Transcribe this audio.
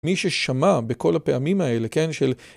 מי ששמע בכל הפעמים האלה, כן, של...